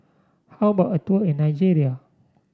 how about a tour in Nigeria